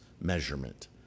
measurement